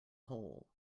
whole